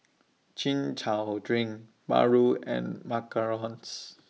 Chin Chow Drink Paru and Macarons